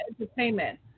entertainment